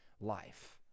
life